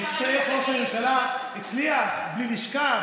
איך ראש הממשלה הצליח בלי לשכה,